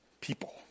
people